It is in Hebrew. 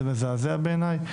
זה מזעזע בעיניי.